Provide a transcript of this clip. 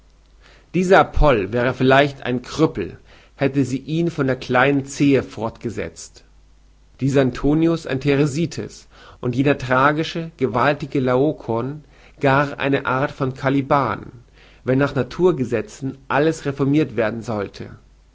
dieser apoll wäre vielleicht ein krüppel hätte sie ihn von der kleinen zehe fortgesetzt dieser antinous ein thersites und jener tragische gewaltige laokoon gar eine art von kaliban wenn nach naturgesetzen alles reformirt werden sollte